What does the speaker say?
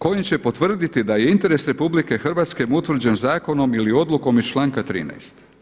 Kojim će potvrditi da je interes RH utvrđen zakonom ili odlukom iz članka 13.